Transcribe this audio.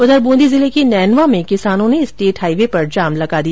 उधर ब्रंदी जिले के नैनवां में किसानों ने स्टेट हाईवे पर जाम लगा दिया